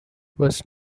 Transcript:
was